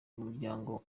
umuryango